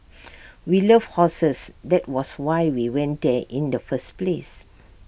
we love horses that was why we went there in the first place